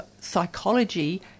psychology